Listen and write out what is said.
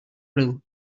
blue